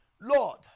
Lord